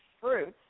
fruits